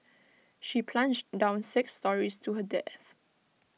she plunged down six storeys to her death